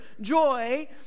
joy